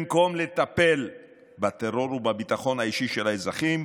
במקום לטפל בטרור ובביטחון האישי של האזרחים,